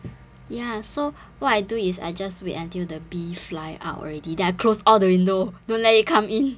ya so what I do is I just wait until the bee fly out already then I close all the window don't let it come in